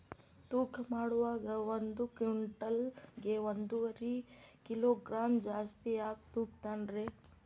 ತೂಕಮಾಡುವಾಗ ಒಂದು ಕ್ವಿಂಟಾಲ್ ಗೆ ಒಂದುವರಿ ಕಿಲೋಗ್ರಾಂ ಜಾಸ್ತಿ ಯಾಕ ತೂಗ್ತಾನ ರೇ?